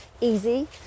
easy